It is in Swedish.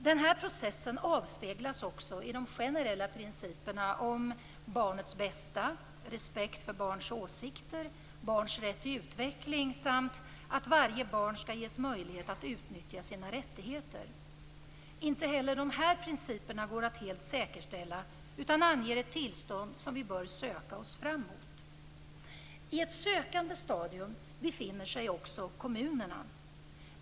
Denna process avspeglas också i de generella principerna om · respekt för barns åsikter, · varje barn möjlighet att utnyttja sina rättigheter. Inte heller dessa principer går att helt säkerställa utan anger ett tillstånd som vi bör söka oss fram mot. I ett sökande stadium befinner sig också kommunerna.